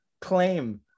claim